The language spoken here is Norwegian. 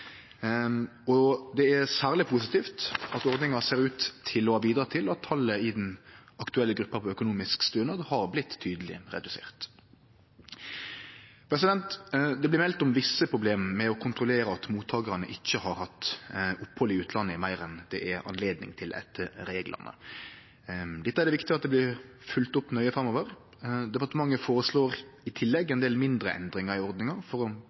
og det er særleg positivt at ordninga ser ut til å ha bidratt til at talet i den aktuelle gruppa for økonomisk stønad har vorte tydeleg redusert. Det blir meldt om visse problem med å kontrollere at mottakarane ikkje har hatt opphald i utlandet meir enn det er anledning til etter reglane. Dette er det viktig at blir følgt opp nøye framover. Departementet føreslår i tillegg ein del mindre endringar i ordninga for å